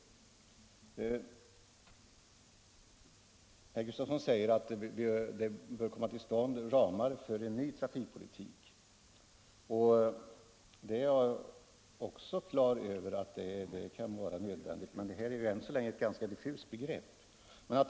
Herr Gustafson framhåller att det bör komma till stånd ramar för en ny trafikpolitik och att det kan vara nödvändigt har jag också klart för mig. Men detta är än så länge ett ganska diffust begrepp.